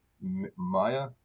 Maya